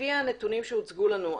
לפי הנתונים שהוצגו לנו,